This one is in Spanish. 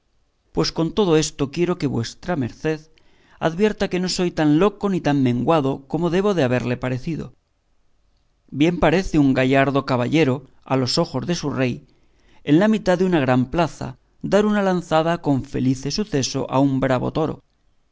pues con todo esto quiero que vuestra merced advierta que no soy tan loco ni tan menguado como debo de haberle parecido bien parece un gallardo caballero a los ojos de su rey en la mitad de una gran plaza dar una lanzada con felice suceso a un bravo toro